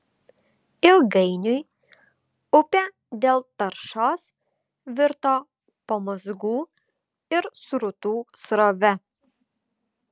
ilgainiui upė dėl taršos virto pamazgų ir srutų srove